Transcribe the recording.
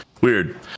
Weird